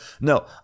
no